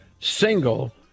single